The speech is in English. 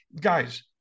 guys